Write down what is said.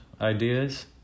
ideas